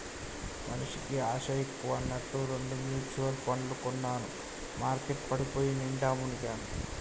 మనిషికి ఆశ ఎక్కువ అన్నట్టు రెండు మ్యుచువల్ పండ్లు కొన్నాను మార్కెట్ పడిపోయి నిండా మునిగాను